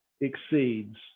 exceeds